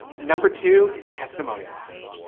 number two is testimonial ads.